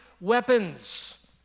weapons